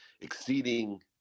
exceeding